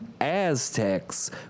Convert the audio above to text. Aztecs